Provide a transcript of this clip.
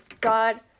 God